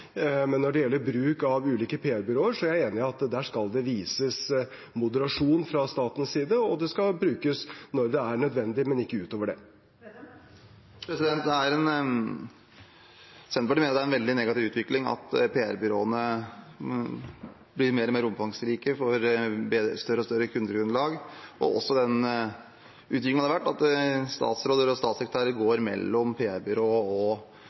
Men når det gjelder bruk av ulike PR-byråer, er jeg enig i at det skal vises moderasjon fra statens side. Det skal brukes når det er nødvendig, men ikke utover det. Det blir oppfølgingsspørsmål – først Trygve Slagsvold Vedum. Senterpartiet mener det er en veldig negativ utvikling at PR-byråene blir mer og mer omfangsrike – de får et større og større kundegrunnlag – og at statsråder og statssekretærer går mellom PR-byråer og